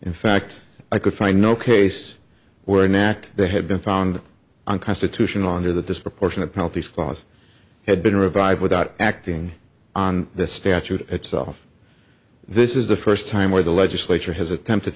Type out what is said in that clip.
in fact i could find no case were knacked that had been found unconstitutional under the disproportionate penalties clause had been revived without acting on the statute itself this is the first time where the legislature has attempted